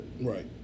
Right